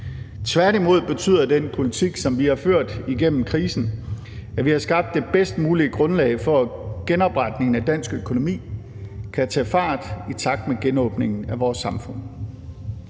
Tværtimod betyder den politik, som vi har ført igennem krisen, at vi har skabt det bedst mulige grundlag for, at genopretningen af danske økonomi kan tage fart i takt med genåbningen af vores samfund.